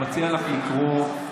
תדייק, תדייק, יואב.